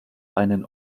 einen